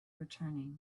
returning